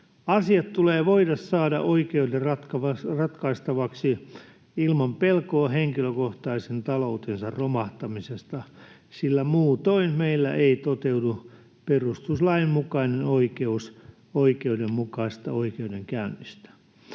Asiat tulee voida saada oikeuden ratkaistavaksi ilman pelkoa henkilökohtaisen taloutensa romahtamisesta, sillä muutoin meillä ei toteudu perustuslain mukainen oikeus oikeudenmukaisesta oikeudenkäynnistä.